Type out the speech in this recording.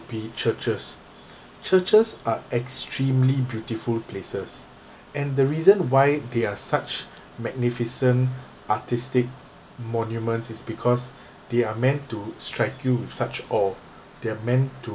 be churches churches are extremely beautiful places and the reason why they're such magnificent artistic monuments is because they are meant to strike you with such awe they're meant to